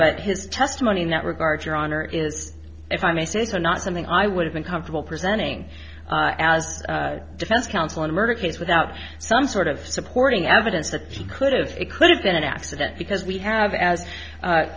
but his testimony in that regard your honor is if i may say to not something i would have been comfortable presenting as defense counsel in a murder case without some sort of supporting evidence that she could have it could have been an accident because we have as a